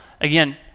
again